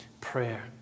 prayer